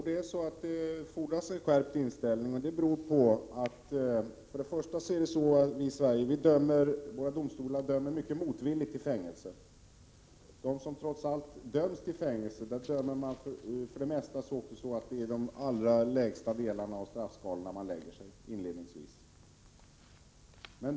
Herr talman! Jo, det fordras en skärpt inställning. Det beror på att domstolarna i Sverige mycket motvilligt dömer till fängelse. I de fall fängelsestraff trots allt utdöms, läggs det inledningsvis inom de allra lägsta straffskalorna.